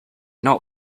not